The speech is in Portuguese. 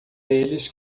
eles